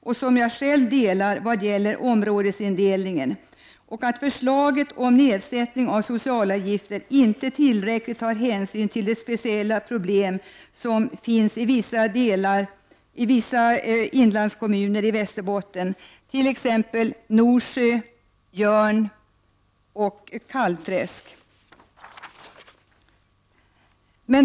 Jag delar själv den oron vad gäller områdesindelningen och att förslaget om nedsättning av socialavgifter inte tillräckligt tar hänsyn till de speciella problem som finns i vissa inlandskommuner i Västerbotten, t.ex. Norsjö, Jörn och Kalvträsk.